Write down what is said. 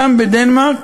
שם בדנמרק,